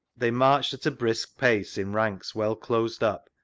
they marched at a brisk pace in ranks well closed up,